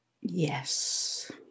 Yes